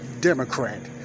Democrat